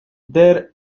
there